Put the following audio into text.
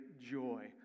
joy